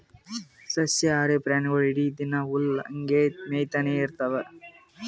ಸಸ್ಯಾಹಾರಿ ಪ್ರಾಣಿಗೊಳ್ ಇಡೀ ದಿನಾ ಹುಲ್ಲ್ ಹಂಗೆ ಮೇಯ್ತಾನೆ ಇರ್ತವ್